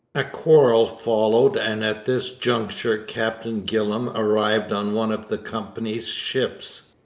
a quarrel followed and at this juncture captain gillam arrived on one of the company's ships.